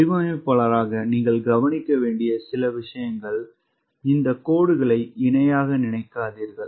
வடிவமைப்பாளராக நீங்கள் கவனிக்க வேண்டிய சில விஷயங்கள் இந்த கோடுகளை இணையாக நினைக்காதீர்கள்